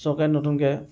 চৰকাৰে নতুনকৈ